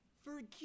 Forgive